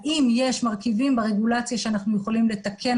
האם יש מרכיבים ברגולציה שאנחנו יכולים לתקן